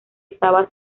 estaba